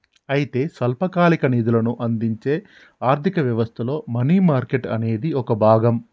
అయితే స్వల్పకాలిక నిధులను అందించే ఆర్థిక వ్యవస్థలో మనీ మార్కెట్ అనేది ఒక భాగం